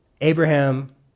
Abraham